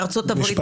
לארצות הברית,